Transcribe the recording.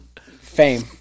fame